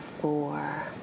four